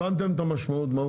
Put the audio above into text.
הבנתם את המשמעות?